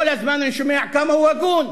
כל הזמן אני שומע כמה הוא הגון,